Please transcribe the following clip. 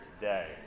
today